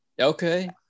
Okay